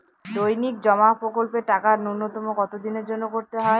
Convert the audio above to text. দৈনিক জমা প্রকল্পের টাকা নূন্যতম কত দিনের জন্য করতে হয়?